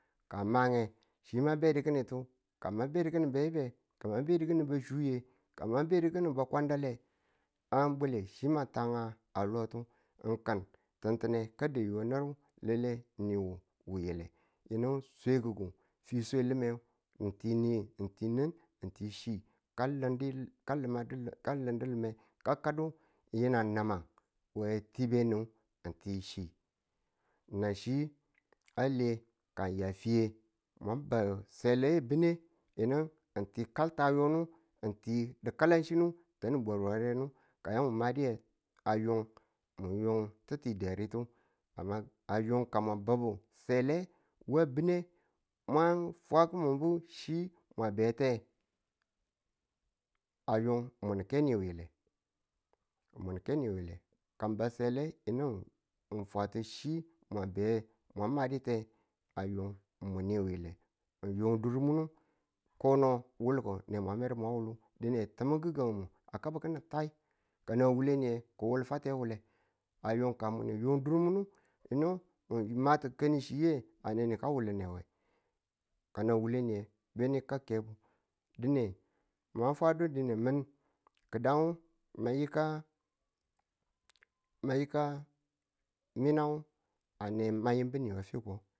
ka ng ma nge chi mwa bedu ki̱ni tu ka ma be ki̱nin beyibe ka ma be ki̱nin be shuye ka mwabe diki̱nin be kwandale ye nga bwale chi ma ta a lo ti ng kin tintin ka dayu we nur lallai niwu wile yinu sweggu fishe li̱mang ng ti ni nin ng ti chi ka lindilɪge ka kaddu yinnag namang we tibe nin we tibe nin nan chi a le ka ng ya fiye mwa ba sele we bi̱ne yinu ng ti kalayo ng ti di̱kalanchi ka yamu madi yinge a yun mwan mu yung ti̱ttu deritu a young ka mwa babbu sele wa a bi̱ne wa fwaki̱bi chi mwa bete a youn mun ng ke ni wile ka ng ba sele yinu ng fwa ti chi mwan be mwan ma diye a youn mwin wile ng youn durmunu kono wulko ne mwa medu mwa wulu dine tim gi̱gangu a kab ki̱ni tai ka nan wure niye ki̱ wulfete wule a youn ka mun ng youg durumuni yuni mu ma ti ti̱kanichi a ne ni ka wullune we kanang wule niye beni ka kebu na fwadu dine min ka ma yika minnang ma yimbu ni we fiko.